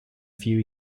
few